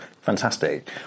Fantastic